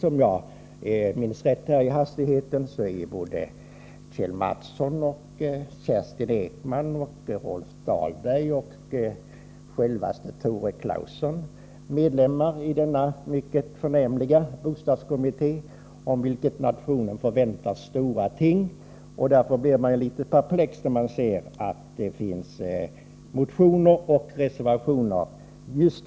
Om jag minns rätt i hastigheten är både Kjell Mattsson, Kerstin Ekman, Rolf Dahlberg och självaste Tore Claeson med i denna mycket förnämliga bostadskommitté, av vilken nationen förväntar stora ting. Därför blir jag litet perplex när jag ser att det finns motioner och reservationer till betänkandet.